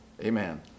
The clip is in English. Amen